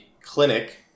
clinic